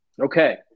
okay